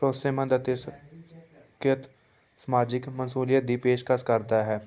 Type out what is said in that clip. ਭਰੋਸੇਮੰਦ ਅਤੇ ਸਿੱਖਿਅਤ ਸਮਾਜਿਕ ਮਨਸੂਲੀਅਤ ਦੀ ਪੇਸ਼ਕਸ਼ ਕਰਦਾ ਹੈ